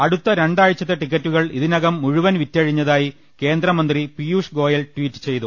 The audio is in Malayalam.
അടുത്ത രണ്ടാഴ്ചത്തെ ടിക്കറ്റുകൾ ഇതിനകം മുഴു വൻ വിറ്റഴിഞ്ഞതായി കേന്ദ്രമന്ത്രി പിയൂഷ്ഗോയൽ ട്വീറ്റ് ചെയ്തു